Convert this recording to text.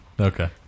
Okay